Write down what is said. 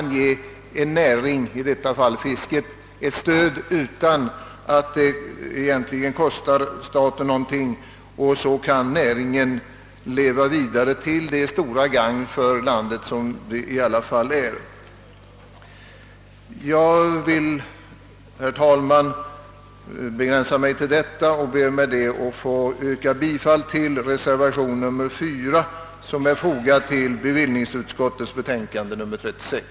På många sätt kan fisket ges stöd utan att det egentligen kostar staten någonting, och näringen kan leva vidare till gagn för landet. Jag ber, herr talman, att få yrka bifall till reservationen 4 som är fogad till bevillningsutskottets betänkande nr 36.